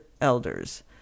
elders